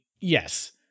yes